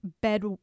bed